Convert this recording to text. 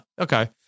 okay